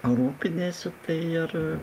rūpiniesi tai ir